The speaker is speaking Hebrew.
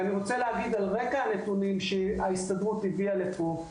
אני רוצה לומר על רקע הנתונים שההסתדרות הביאה לפה,